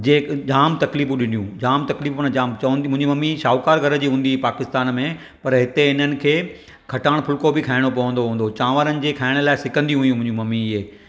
जे जामु तकलीफूं ॾिनियूं जामु तकलीफूं माना जाम चवनि मुंहिंजी मम्मी शाहूकारु घर जी हूंदी हुई पाकिस्तान में पर हिते हिननि खे खटाइणु फुल्को बि खाइणो पवंदो हूंदो हो चांवरनि जे खाइण लाइ सिकंदी हुई मुंहिंजी मम्मी इहे